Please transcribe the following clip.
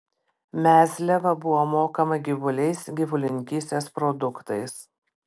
mezliava buvo mokama gyvuliais gyvulininkystės produktais